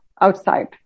outside